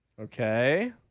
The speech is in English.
Okay